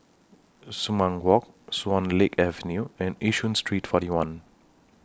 Sumang Walk Swan Lake Avenue and Yishun Street forty one